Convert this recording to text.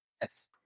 Yes